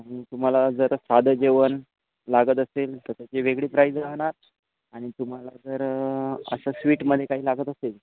आणि तुम्हाला जर साधं जेवण लागत असेल तर त्याची वेगळी प्राईज राहणार आणि तुम्हाला जर असं स्वीटमध्ये काही लागत असेल